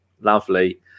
lovely